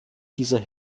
dieser